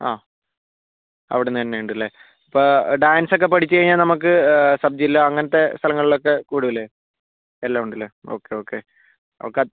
ആ അവിടെ നിന്ന് തന്നെയുണ്ടല്ലേ ഇപ്പോൾ ഡാൻസ് ഒക്കെ പഠിച്ചു കഴിഞ്ഞാൽ നമുക്ക് സബ്ജില്ല അങ്ങനത്തെ സ്ഥലങ്ങളിലൊക്കെ കൂടില്ലേ എല്ലാം ഉണ്ടല്ലേ ഒക്കെ ഓക്കേ ഓക്കെ